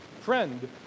Friend